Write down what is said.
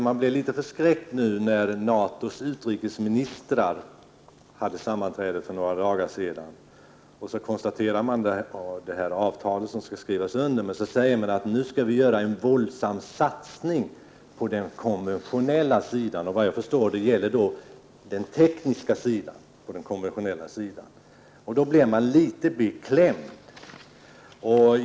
Men man blir litet förskräckt när NATO: s utrikesministrar, som hade ett sammanträde för några dagar sedan, konstaterar beträffande det avtal som nu skall skrivas under att nu skall vi göra en våldsam satsning på den konventionella sidan. Såvitt jag förstår gäller det en satsning i tekniskt avseende.